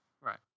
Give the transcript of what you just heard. Right